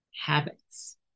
habits